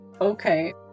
Okay